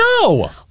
No